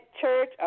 church